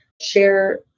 share